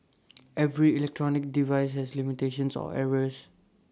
every electronic device has limitations or errors